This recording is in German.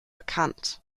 bekannt